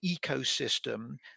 ecosystem